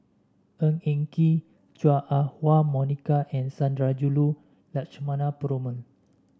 Ng Eng Kee Chua Ah Huwa Monica and Sundarajulu Lakshmana Perumal